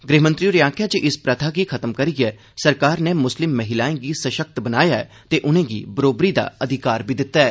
गृहमंत्री होरें आखेआ जे इस प्रथा गी खत्म करियै सरकार नै म्स्लिम महिलाएं गी सशक्त बनाया ऐ ते उनें'गी बरोबरी दा अधिकार बी दित्ता ऐ